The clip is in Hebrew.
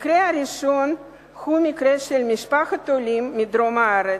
המקרה הראשון הוא של משפחת עולים מדרום הארץ.